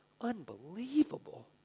unbelievable